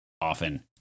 often